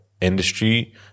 industry